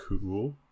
cool